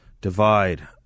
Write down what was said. divide